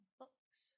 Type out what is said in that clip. books